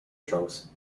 trunks